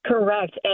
Correct